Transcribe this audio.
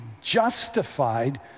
justified